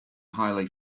highly